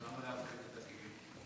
אז למה להפחית את הגיל?